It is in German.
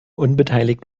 unbeteiligt